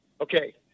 Okay